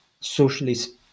socialist